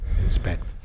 inspect